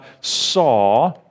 saw